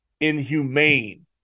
inhumane